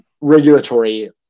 Regulatory